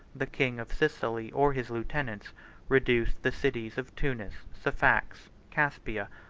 the king of sicily or his lieutenants reduced the cities of tunis, safax, capsia,